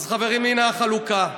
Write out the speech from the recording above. אז חברים, הינה החלוקה: